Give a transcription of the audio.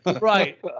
Right